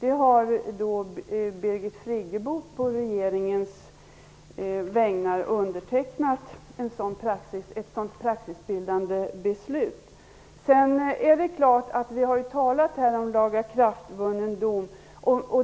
Ett sådant praxisbildande beslut har Birgit Friggebo på regeringens vägnar undertecknat. Vi har talat om lagakraftvunnen dom.